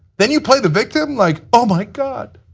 then you play the victim? like oh my god,